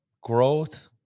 growth